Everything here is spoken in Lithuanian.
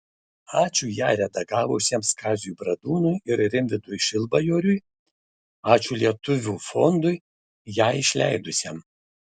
ačiū ją redagavusiems kaziui bradūnui ir rimvydui šilbajoriui ačiū lietuvių fondui ją išleidusiam